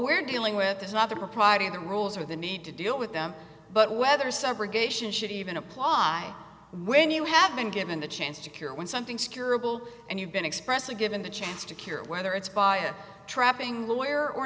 we're dealing with there's another propriety of the rules or the need to deal with them but whether subrogation should even apply when you have been given the chance to cure when something's curable and you've been expressly given the chance to cure it whether it's by a trapping lawyer or